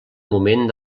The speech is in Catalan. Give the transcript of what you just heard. moment